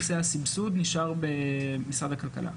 נושא הסבסוד נשאר במשרד הכלכלה.